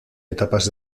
etapas